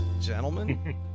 Gentlemen